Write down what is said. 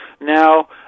Now